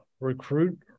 recruit